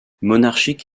monarchique